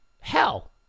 Hell